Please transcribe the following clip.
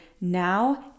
now